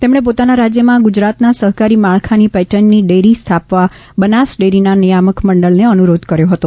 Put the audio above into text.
તેમણે પોતાના રાજ્યમાં ગુજરાતના સહકારી માળખાની પેટર્નની ડેરી સ્થાપવા બનાસ ડેરીના નિયામક મંડળને અનુરોધ કર્યો હતો